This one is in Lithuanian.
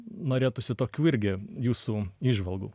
norėtųsi tokių irgi jūsų įžvalgų